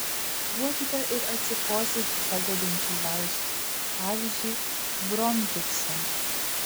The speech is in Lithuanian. duokite ir atsikosėti padedančių vaistų pavyzdžiui bromheksino